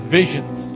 visions